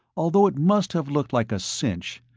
although it must have looked like a cinch,